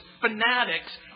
fanatics